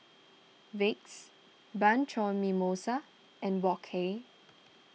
Vicks Bianco Mimosa and Wok Hey